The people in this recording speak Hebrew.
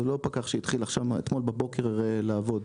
זה לא פקח שהתחיל אתמול בבוקר לעבוד,